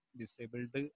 disabled